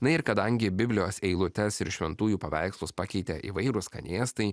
na ir kadangi biblijos eilutes ir šventųjų paveikslus pakeitė įvairūs skanėstai